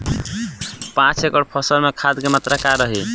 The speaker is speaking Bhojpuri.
पाँच एकड़ फसल में खाद के मात्रा का रही?